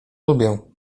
lubię